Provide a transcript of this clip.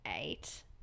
eight